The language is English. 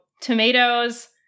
tomatoes